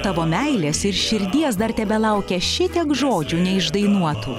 tavo meilės ir širdies dar tebelaukia šitiek žodžių neišdainuotų